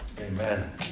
Amen